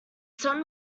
sun